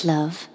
Love